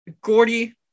Gordy